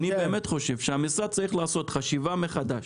אני באמת חושב שהמשרד צריך לעשות חשיבה מחדש